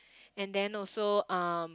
and then also um